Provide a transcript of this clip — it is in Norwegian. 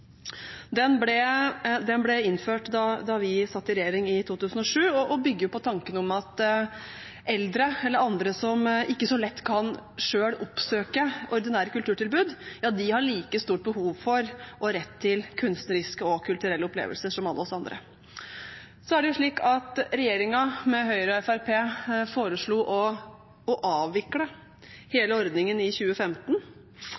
Den kulturelle spaserstokken. Den ble innført da vi satt i regjering i 2007 og bygger på tanken om at eldre eller andre som ikke så lett selv kan oppsøke ordinære kulturtilbud, har like stort behov for og like stor rett til kunstneriske og kulturelle opplevelser som alle oss andre. Så er det slik at regjeringen med Høyre og Fremskrittspartiet foreslo å avvikle